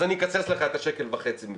אז אני אקצץ לך את השקל וחצי מפה.